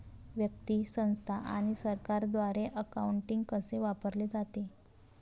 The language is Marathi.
व्यक्ती, संस्था आणि सरकारद्वारे अकाउंटिंग कसे वापरले जाते